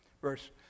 verse